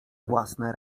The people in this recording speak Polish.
własne